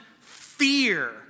fear